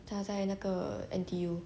她在那个 N_T_U